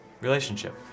relationship